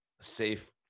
safe